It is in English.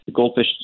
Goldfish